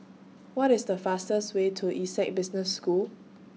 What IS The fastest Way to Essec Business School